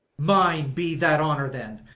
mine be that honour, then.